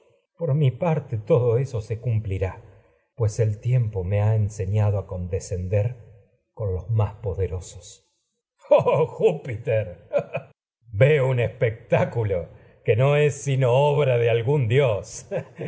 lencia castigo parte todo eso a electra por mi se cumplirá pues el tiempo me ha enseñado condescender con los más poderosos egisto oh júpiter veo un espectáculo que no es sino obra de algún dios